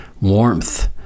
warmth